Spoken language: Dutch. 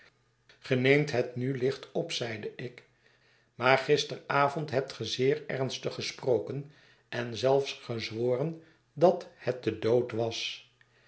neemt het nu licht op zeide ik maar gisteravond hebt ge zeer ernstig gesproken en zelfs gezworen dat het de dood was